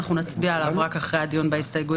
אנחנו נצביע עליו רק אחרי הדיון בהסתייגויות.